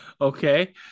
Okay